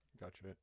Gotcha